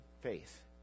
faith